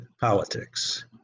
politics